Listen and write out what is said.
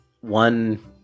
one